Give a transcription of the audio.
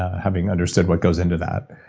having understood what goes into that.